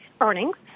earnings